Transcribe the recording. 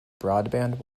broadband